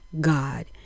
God